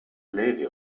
levy